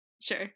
sure